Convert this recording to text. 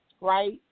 right